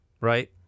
right